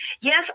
Yes